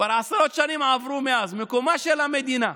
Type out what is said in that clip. כבר עשרות שנים עברו מאז, מקום המדינה.